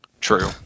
true